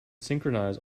synchronize